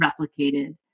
replicated